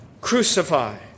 crucify